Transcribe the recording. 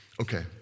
Okay